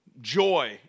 joy